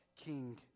King